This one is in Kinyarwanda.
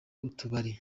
utubari